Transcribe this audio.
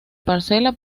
parcela